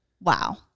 Wow